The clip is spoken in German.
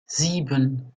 sieben